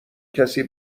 کسی